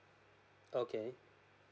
okay